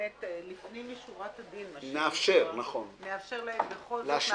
שלפנים משורת הדין נאפשר להם בכל זאת.